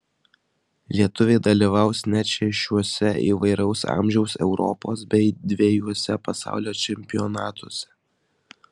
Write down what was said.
lietuviai dalyvaus net šešiuose įvairaus amžiaus europos bei dvejuose pasaulio čempionatuose